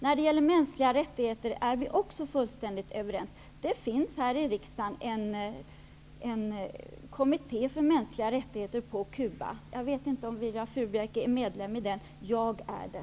När det gäller mänskliga rättigheter är vi också fullständigt överens. Det finns här i riksdagen en kommitté för mänskliga rättigheter på Cuba. Jag vet inte om Viola Furubjelke är medlem i den. Jag är det.